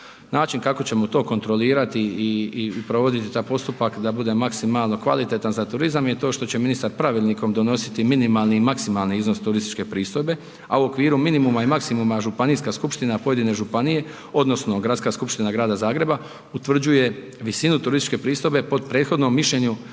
Način kako ćemo to kontrolirati i provoditi taj postupak da bude maksimalno kvalitetan za turizam je to što će ministar pravilnikom donositi minimalni i maksimalni iznos turističke pristojbe, a u okviru minimuma i maksimuma županijska skupština pojedine županije odnosno Gradska skupština Grada Zagreba utvrđuje visinu turističke pristojbe po prethodnom mišljenju